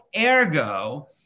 ergo